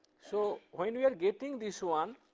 so when we are getting this one,